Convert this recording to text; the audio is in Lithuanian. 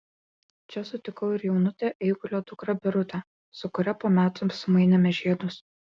čia sutikau ir jaunutę eigulio dukrą birutę su kuria po metų sumainėme žiedus